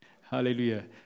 Hallelujah